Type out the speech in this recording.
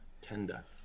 tender